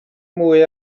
mwy